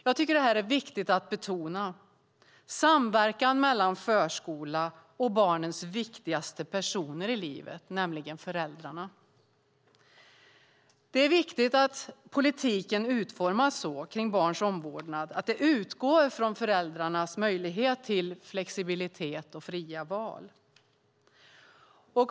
Jag tycker att det är viktigt att betona samverkan mellan förskola och barnens viktigaste personer i livet, nämligen föräldrarna. Det är viktigt att politiken kring barns omvårdnad utformas så att den utgår från föräldrarnas möjlighet till flexibilitet och fria val.